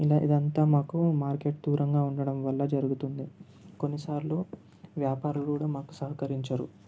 ఇలా ఇదంతా మాకు మార్కెట్ దూరంగా ఉండటం వల్ల జరుగుతుంది కొన్నిసార్లు వ్యాపారులు కూడా మాకు సహకరించరు